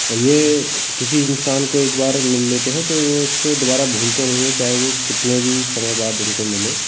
और ये किसी इंसान को एक बार मिल लेते है तो वो उसको दोबारा भूलते नहीं हैं चाहे वो कितने भी समय बाद उनको मिले